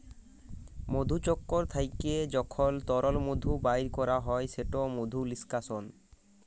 মধুচক্কর থ্যাইকে যখল তরল মধু বাইর ক্যরা হ্যয় সেট মধু লিস্কাশল